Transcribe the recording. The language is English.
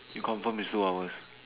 you confirm is two hours